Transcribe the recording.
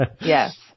Yes